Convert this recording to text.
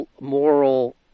moral